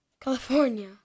California